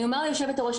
אני אומר ליושבת הראש,